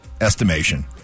estimation